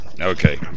okay